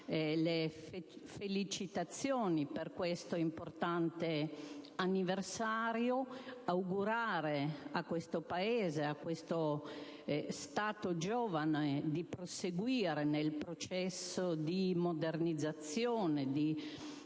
mie felicitazioni per questo importante anniversario ed augurare a questo Paese, a questo giovane Stato di proseguire nel processo di modernizzazione